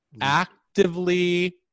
actively